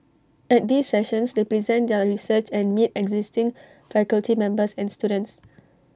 at these sessions they present their research and meet existing faculty members and students